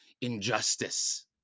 injustice